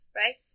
right